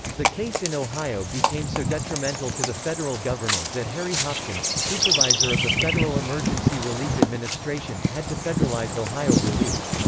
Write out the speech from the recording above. the case in ohio became so detrimental to the federal government that harry hopkins, supervisor of the federal emergency relief administration, had to federalize ohio relief.